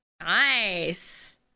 Nice